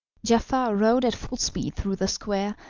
giafar rode at full speed through the square,